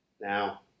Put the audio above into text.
now